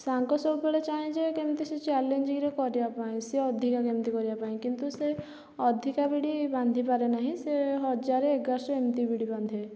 ସାଙ୍ଗ ସବୁବେଳେ ଚାହେଁ ଯେ କେମିତି ସେ ଚ୍ୟାଲେଞ୍ଜିଙ୍ଗରେ କରିବାପାଇଁ ସେ ଅଧିକା କେମିତି କରିବାପାଇଁ କିନ୍ତୁ ସେ ଅଧିକା ବିଡ଼ି ବାନ୍ଧିପାରେନାହିଁ ସେ ହଜାର ଏଗାରଶହ ଏମିତି ବିଡ଼ି ବାନ୍ଧେ